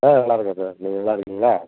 ஆ நல்லாருக்கேன் சார் நீங்கள் நல்லாருக்கீங்களா